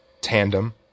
tandem